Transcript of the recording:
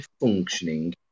functioning